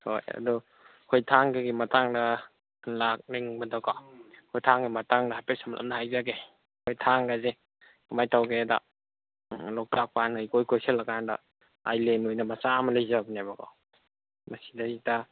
ꯍꯣꯏ ꯑꯗꯨ ꯑꯩꯈꯣꯏ ꯊꯥꯡꯒꯒꯤ ꯃꯇꯥꯡꯗ ꯂꯥꯛꯅꯤꯡꯕꯗꯣꯀꯣ ꯑꯩꯈꯣꯏ ꯊꯥꯡꯒꯒꯤ ꯃꯇꯥꯡꯗ ꯍꯥꯏꯐꯦꯠ ꯁꯝꯂꯞꯅ ꯍꯥꯏꯖꯒꯦ ꯑꯩꯈꯣꯏ ꯊꯥꯡꯒꯁꯦ ꯀꯃꯥꯏꯅ ꯇꯧꯒꯦꯗ ꯎꯝ ꯂꯣꯛꯇꯥꯛ ꯄꯥꯠꯅ ꯏꯀꯣꯏ ꯀꯣꯏꯁꯤꯜꯂ ꯀꯥꯟꯗ ꯑꯥꯏꯂꯦꯟ ꯑꯣꯏꯅ ꯃꯆꯥ ꯑꯃ ꯂꯩꯖꯕꯅꯦꯕꯀꯣ ꯃꯁꯤꯗꯩꯁꯤꯗ